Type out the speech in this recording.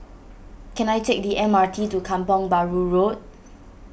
can I take the M R T to Kampong Bahru Road